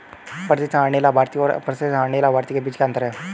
प्रतिसंहरणीय लाभार्थी और अप्रतिसंहरणीय लाभार्थी के बीच क्या अंतर है?